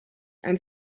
ein